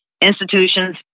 institutions